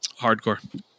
hardcore